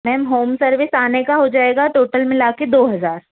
ma'am home service आने का हो जाएगा टोटल मिला कर दो हज़ार